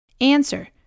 Answer